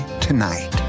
tonight